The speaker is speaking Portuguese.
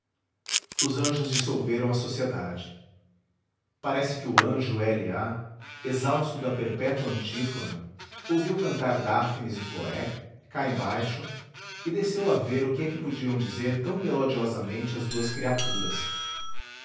os anjos dissolveram a sociedade parece que o anjo l a exausto da perpétua antífona ouviu cantar dáfnis e cloé cá embaixo e desceu a ver o que é que podiam dizer tão melodiosamente as duas criaturas